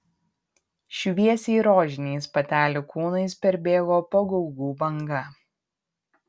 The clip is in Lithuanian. šviesiai rožiniais patelių kūnais perbėgo pagaugų banga